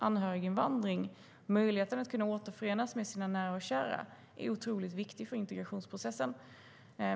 Anhöriginvandring och möjlighet att återförenas med nära och kära är otroligt viktigt för integrationsprocessen.